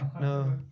No